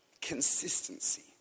consistency